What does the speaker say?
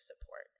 support